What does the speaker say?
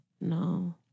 no